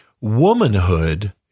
womanhood